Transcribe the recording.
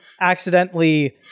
accidentally